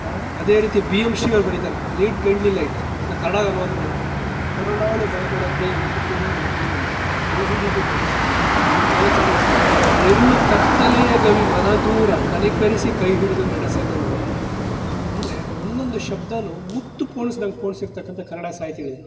ಅದೇ ರೀತಿ B M Shri ಅವರು ಬರಿತಾರೆ ಲೀಡ್ ಕೈಂಡ್ಲಿ ಲೈಟ್ ಅದನ್ನು ಕನ್ನಡಕ್ ಅನುವಾದ ಮಾಡಿದ್ದಾರೆ ಕರುಣಾಳು ಬಾ ಬೆಳಕೆ ಮಸುಕಿದೀ ಮಬ್ಬಿನಲಿ ಕೈ ಹಿಡಿದು ನಡೆಸೆನ್ನನು ಅಲ್ಲೊಂದು ಸಾಲು ಇರುಳು ಕತ್ತಲೆಯ ಗವಿ ಮನದೂರ ಕನಿಕರಿಸಿ ಕೈ ಹಿಡಿದು ನಡೆಸೆನ್ನನು ಅಂತ ಅಂದರೆ ಒಂದೊಂದು ಶಬ್ದವೂ ಮುತ್ತು ಪೋಣಿಸಿದಂಗೆ ಪೋಣಿಸಿರ್ತಕ್ಕಂಥ ಕನ್ನಡ ಸಾಹಿತ್ಯಗಳು